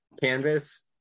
canvas